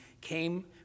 came